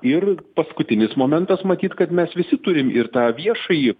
ir paskutinis momentas matyt kad mes visi turim ir tą viešąjį